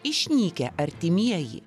išnykę artimieji